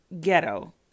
ghetto